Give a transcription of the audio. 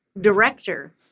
director